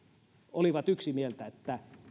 olivat yksimielisiä siitä että